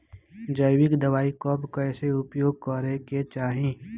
जैविक दवाई कब कैसे प्रयोग करे के चाही?